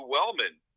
Wellman